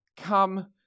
come